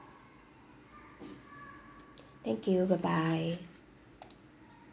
thank you bye bye